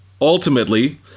Ultimately